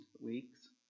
weeks